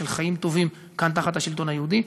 של חיים טובים כאן תחת השלטון היהודי,